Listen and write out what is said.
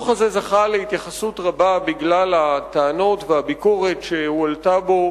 הדוח הזה זכה להתייחסות רבה בגלל הטענות והביקורת שהועלתה בו